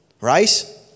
right